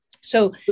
So-